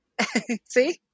see